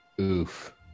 Oof